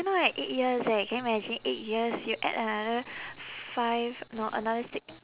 you know like eight years eh can you imagine eight years you add another five no another six